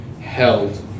held